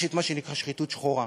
יש מה שנקרא שחיתות שחורה,